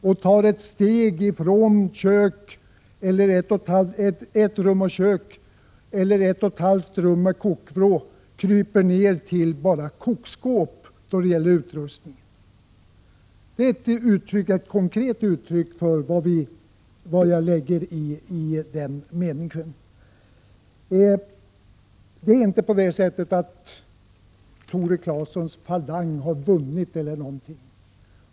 Man tar ett steg ifrån ett rum och kök eller ett och ett halvt rum med kokvrå till bara kokskåp i fråga om utrustning. Detta är ett konkret uttryck för vad jag lägger in i den meningen. Det är inte så, att Tore Claesons falang har vunnit.